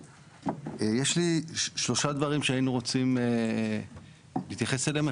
יש לי שלושה דברים שהיינו רוצים להתייחס אליהם.